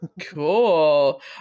Cool